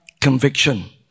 conviction